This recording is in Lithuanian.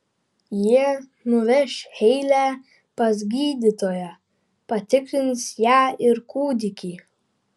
jie nuveš heilę pas gydytoją patikrins ją ir kūdikį